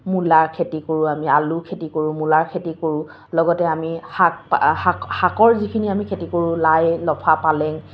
মূলাৰ খেতি কৰোঁ আমি আলু খেতি কৰোঁ মূলাৰ খেতি কৰোঁ লগতে আমি শাকৰ যিখিনি আমি খেতি কৰোঁ লাই লফা পালেং